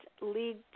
lead